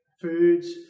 foods